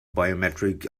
biometric